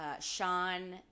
Sean